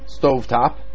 stovetop